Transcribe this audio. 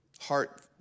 Heart